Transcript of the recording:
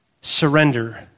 surrender